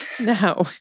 no